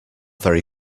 very